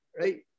right